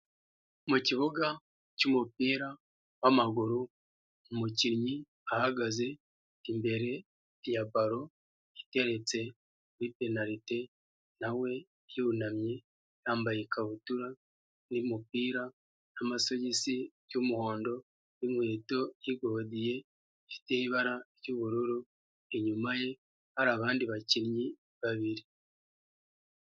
Mu kibuga cy'umupira w'amaguru umukinnyi ahagaze imbere ya balo igeretse kuri penaliti, nawe yunamye yambaye ikabutura n'umupira n'amasogisi y'umuhondo n'inkweto ya godiye ifite ibara ry'ubururu, inyuma ye hari abandi bakinnyi babiri.